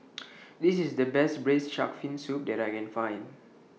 This IS The Best Braised Shark Fin Soup that I Can Find